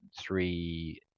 three